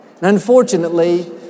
Unfortunately